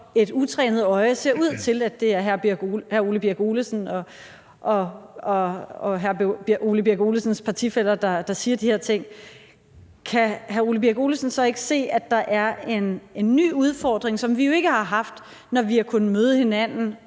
et utrænet øje ser ud til, at det er hr. Ole Birk Olesen og hr. Ole Birk Olesens partifæller, der siger de her ting – kan hr. Ole Birk Olesen så ikke se, at der er en ny udfordring, som vi jo ikke har haft, når vi har kunnet møde hinanden